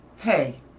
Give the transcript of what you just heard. Hey